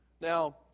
Now